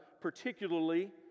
particularly